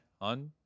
On